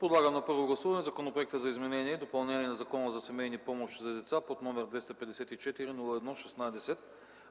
Подлагам на първо гласуване Законопроект за изменение и допълнение на Закона за семейни помощи за деца, № 254-01-16,